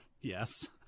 Yes